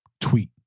tweet